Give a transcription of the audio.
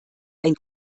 ein